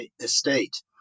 estate